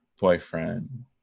boyfriend